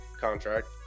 Contract